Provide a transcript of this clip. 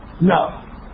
No